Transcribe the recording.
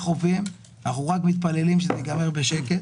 חופים אנחנו רק מתפללים שזה ייגמר בשקט.